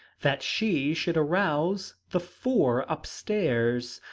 that she should arouse the four up-stairs.